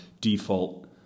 default